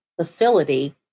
facility